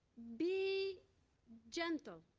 be gentle.